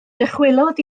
dychwelodd